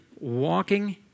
walking